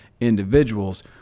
individuals